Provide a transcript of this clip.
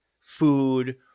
food